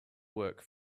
work